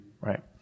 Right